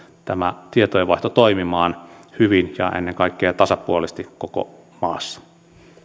tämä tietojen vaihto toimimaan hyvin ja ennen kaikkea tasapuolisesti koko maassa